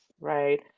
right